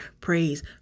praise